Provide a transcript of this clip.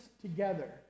together